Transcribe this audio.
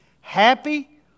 happy